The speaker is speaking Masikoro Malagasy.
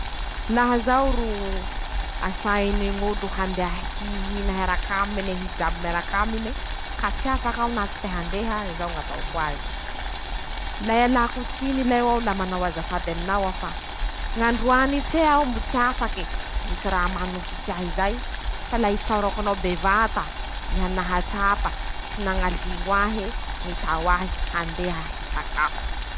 Laha zaho ro asainy ñ'olo handeha hihina hiarak'aminy ,hijabo miarak'amine ka tsy afaky aho na tsy ta-handeha izao ñ'ataoko azy :- "La ialako tsiny lahy hoaho aho la manao azafady aminao aho fa ñ'an, droany tse aho mbo tsy afake ,misy raha manosotsy ahy zay fa la isaorako anao bevata ,iha nahatsapa tsy nañaliño ahy e,nitao ahy handeha hisakafo".